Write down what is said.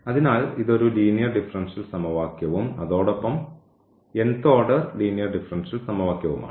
അതിനാൽ ഇത് ഒരു ലീനിയർ ഡിഫറൻഷ്യൽ സമവാക്യവും അതോടൊപ്പം th ഓർഡർ ലീനിയർ ഡിഫറൻഷ്യൽ സമവാക്യവുമാണ്